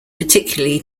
particularly